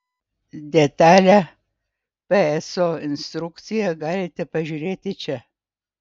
detalią pso instrukciją galite pažiūrėti čia